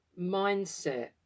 mindset